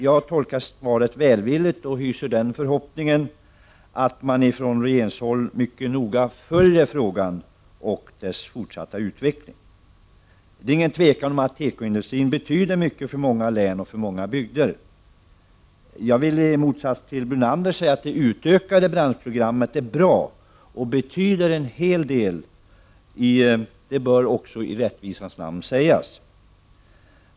Jag tolkar svaret välvilligt och hyser förhoppningen att man ifrån regeringshåll mycket noga följer frågan och dess fortsatta utveckling. Det råder inget tvivel om att tekoindustrin betyder mycket för många bygder och län. I motsats till Lennart Brunander vill jag säga att det utökade branschprogrammet är bra och betyder en hel del. Det bör i rättvisans namn sägas.